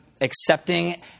accepting